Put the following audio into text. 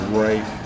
right